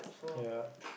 ya